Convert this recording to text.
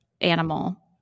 animal